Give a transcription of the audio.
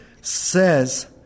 says